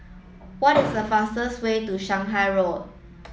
what is the fastest way to Shanghai Road